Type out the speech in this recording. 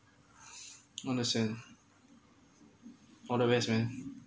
understand all the best man